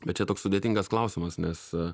bet čia toks sudėtingas klausimas nes